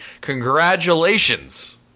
congratulations